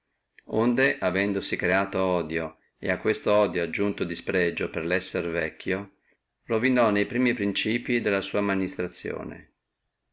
onde avendosi creato odio et a questo odio aggiunto el disprezzo sendo vecchio ruinò ne primi principii della sua amministrazione